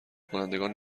کنندگان